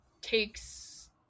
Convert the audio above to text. takes